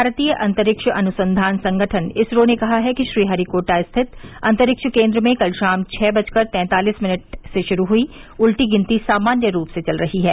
भारतीय अंतरिक्ष अनुसंधान संगठन इसरो ने कहा है कि श्रीहरिकोट स्थित अंतरिक्ष केन्द्र में कल शाम छह बजकर तैंतालिस मिनट से शुरू हुई उल्टी गिनती सामान्य रूप से चल रही है